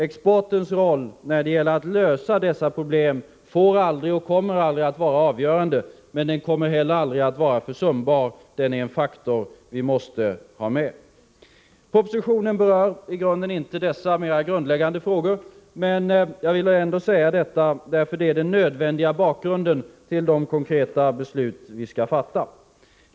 Exportens roll när det gäller att lösa dessa problem får aldrig och kommer aldrig att vara avgörande, men den kommer heller aldrig att vara försumbar — den är en faktor vi måste ha med. Propositionen berör inte så mycket dessa mera grundläggande frågor, men jag ville ändå säga detta, därför att det är den nödvändiga bakgrunden till de konkreta beslut som vi skall fatta.